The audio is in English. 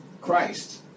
Christ